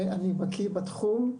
ואני בקי בתחום.